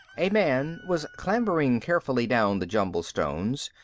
a man was clambering carefully down the jumbled stones,